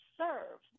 serve